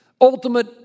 Ultimate